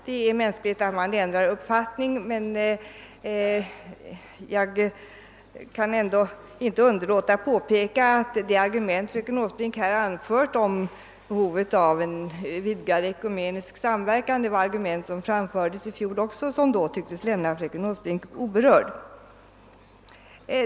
Det är mänskligt att man ändrar uppfattning, men jag kan ändå inte underlåta att påpeka att de argument som fröken Åsbrink här anfört om behovet av en vidgad ekumenisk samverkan är argument som framfördes också i fjol men som då tycktes lämna fröken Åsbrink oberörd.